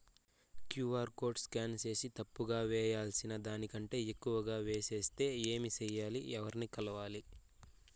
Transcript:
QR code scan సేసి తప్పు గా వేయాల్సిన దానికంటే ఎక్కువగా వేసెస్తే ఏమి సెయ్యాలి? ఎవర్ని కలవాలి?